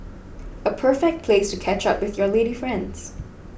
a perfect place to catch up with your lady friends